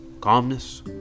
calmness